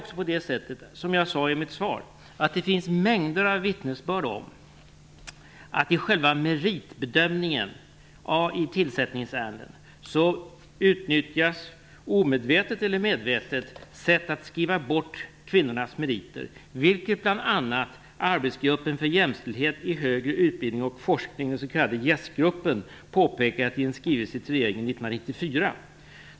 Som jag sade i mitt svar finns mängder av vittnesbörd om att i själva meritbedömningen i tillsättningsärenden utnyttjas, omedvetet eller medvetet, sätt att skriva bort kvinnors meriter. Det har bl.a. arbetsgruppen för jämställdhet i högre utbildning och forskning, den s.k. JÄST-gruppen, påpekat i en skrivelse till regeringen 1994.